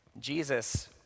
Jesus